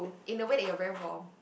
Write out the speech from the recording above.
in a way that you're very warm